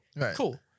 cool